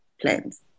plans